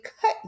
cut